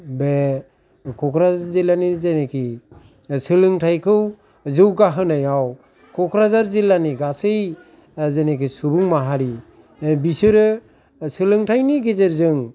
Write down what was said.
बे क'क्राझार जिल्लानि जेनिखि सोलोंथायखौ जौगा होनायाव क'क्राझार जिल्लानि गासै जेनिखि सुबुं माहारि बिसोरो सोलोंथायनि गेजेरजों